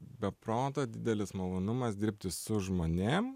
be proto didelis malonumas dirbti su žmonėm